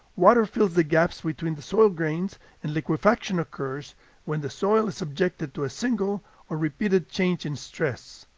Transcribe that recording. water fills the gaps between the soil grains and liquefaction occurs when the soil is subjected to a single or repeated change in stress.